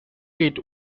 kit